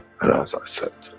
and as i said,